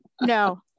no